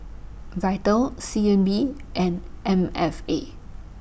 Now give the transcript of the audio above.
Vital C N B and M F A